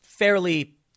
fairly